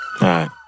right